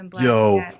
yo